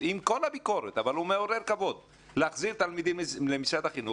עם כל הביקורת להחזיר תלמידים למערכת.